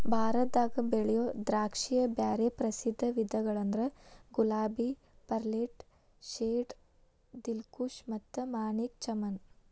ಭಾರತದಾಗ ಬೆಳಿಯೋ ದ್ರಾಕ್ಷಿಯ ಬ್ಯಾರೆ ಪ್ರಸಿದ್ಧ ವಿಧಗಳಂದ್ರ ಗುಲಾಬಿ, ಪರ್ಲೆಟ್, ಶೇರ್ಡ್, ದಿಲ್ಖುಷ್ ಮತ್ತ ಮಾಣಿಕ್ ಚಮನ್